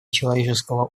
человеческого